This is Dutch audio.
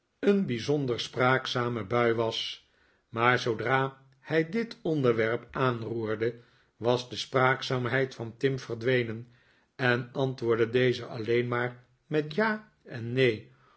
een bijzonder spraakzame bui was maar zoodra hij dit onderwerp aanroerde was de spraakzaamheid van tim verdwenen en antwoordde deze alleen maar met ja en neen